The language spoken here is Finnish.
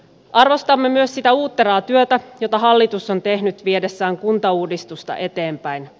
arvostamme myös sitä uutteraa työtä jota hallitus on tehnyt viedessään kuntauudistusta eteenpäin